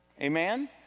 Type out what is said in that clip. Amen